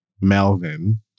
Melvin